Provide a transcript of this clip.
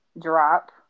drop